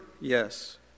yes